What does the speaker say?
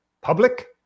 public